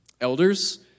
Elders